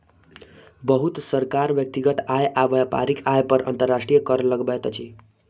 बहुत सरकार व्यक्तिगत आय आ व्यापारिक आय पर अंतर्राष्ट्रीय कर लगबैत अछि